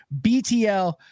BTL